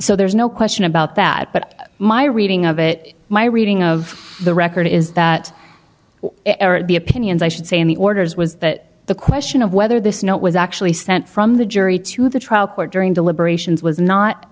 so there's no question about that but my reading of it my reading of the record is that the opinions i should say in the orders was that the question of whether this note was actually sent from the jury to the trial court during deliberations was not